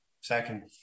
second